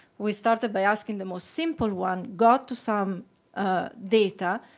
we started by asking the most simple one, got to some data,